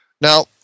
Now